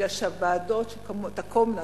כי הוועדות שתקומנה,